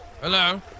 Hello